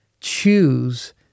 choose